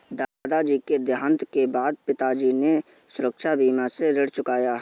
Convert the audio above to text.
दादाजी के देहांत के बाद पिताजी ने सुरक्षा बीमा से ऋण चुकाया